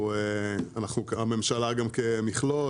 כמובן.